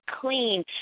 clean